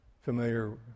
familiar